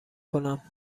کنم